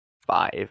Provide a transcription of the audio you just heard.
Five